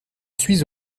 suis